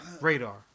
radar